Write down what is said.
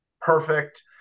perfect